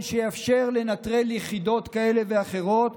שיאפשר לנטרל יחידות כאלה ואחרות,